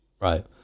Right